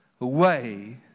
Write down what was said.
away